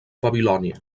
babilònia